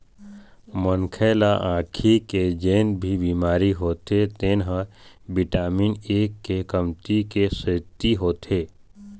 मनखे ल आँखी के जेन भी बिमारी होथे तेन ह बिटामिन ए के कमती के सेती होथे